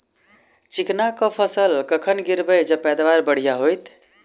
चिकना कऽ फसल कखन गिरैब जँ पैदावार बढ़िया होइत?